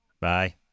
Bye